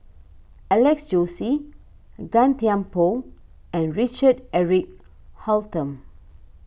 Alex Josey Gan Thiam Poh and Richard Eric Holttum